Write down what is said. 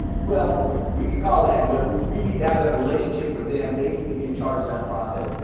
well, we we can call them, but we we need to have that relationship with them. they need to be in charge of that process.